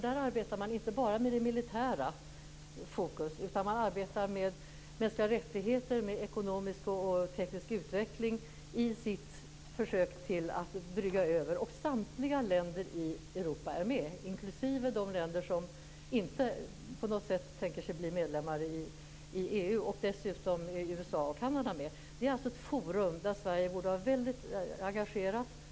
Där arbetar man inte bara med det militära i fokus utan med mänskliga rättigheter och ekonomisk och teknisk utveckling i sina försök att överbrygga motsättningar. Samtliga länder i Europa är också med, inklusive de länder som inte på något sätt tänker sig att bli medlemmar i EU. Dessutom är USA och Kanada med. Det är alltså ett forum där Sverige borde vara väldigt engagerat.